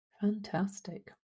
fantastic